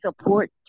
support